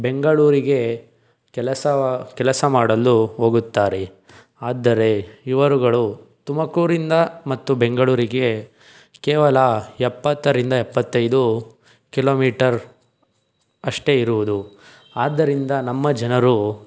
ಬೆಂಗಳೂರಿಗೆ ಕೆಲಸ ಕೆಲಸ ಮಾಡಲು ಹೋಗುತ್ತಾರೆ ಆದರೆ ಇವರುಗಳು ತುಮಕೂರಿಂದ ಮತ್ತು ಬೆಂಗಳೂರಿಗೆ ಕೇವಲ ಎಪ್ಪತ್ತರಿಂದ ಎಪ್ಪತ್ತೈದು ಕಿಲೋಮೀಟರ್ ಅಷ್ಟೇ ಇರುವುದು ಆದ್ದರಿಂದ ನಮ್ಮ ಜನರು